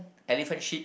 elephant shit